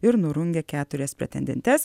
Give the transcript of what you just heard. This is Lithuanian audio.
ir nurungė keturias pretendentes